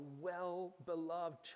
well-beloved